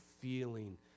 feeling